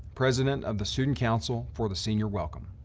president of the student council for the senior welcome.